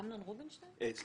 אמנון רובינשטיין פתח